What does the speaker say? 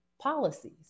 policies